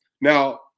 Now